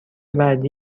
بعدی